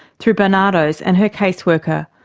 through barnardos and her case worker,